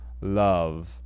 love